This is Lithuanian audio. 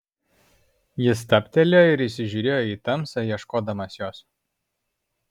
jis stabtelėjo ir įsižiūrėjo į tamsą ieškodamas jos